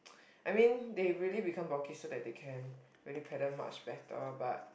I mean they really become bulky so they can really paddle much better but